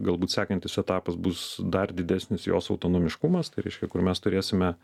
galbūt sekantis etapas bus dar didesnis jos autonomiškumas tai reiškia kur mes turėsime